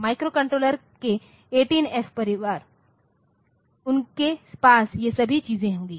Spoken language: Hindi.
माइक्रोकंट्रोलर के 18F परिवार उनके पास ये सभी चीजें होंगी